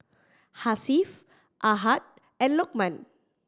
Hasif Ahad and Lokman